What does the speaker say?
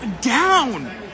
down